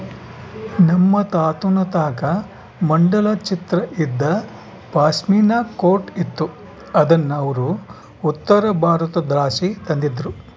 ನಮ್ ತಾತುನ್ ತಾಕ ಮಂಡಲ ಚಿತ್ರ ಇದ್ದ ಪಾಶ್ಮಿನಾ ಕೋಟ್ ಇತ್ತು ಅದುನ್ನ ಅವ್ರು ಉತ್ತರಬಾರತುದ್ಲಾಸಿ ತಂದಿದ್ರು